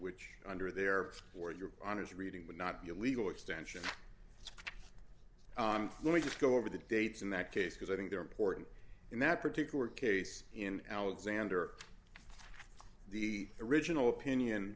which under their or your honors reading would not be a legal extension let me just go over the dates in that case because i think they're important in that particular case in alexander the original opinion